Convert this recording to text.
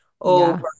over